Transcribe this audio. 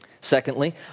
Secondly